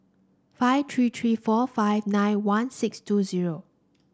five three three four five nine one six two zero